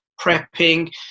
prepping